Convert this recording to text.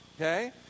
okay